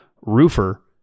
roofer